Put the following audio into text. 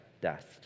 dust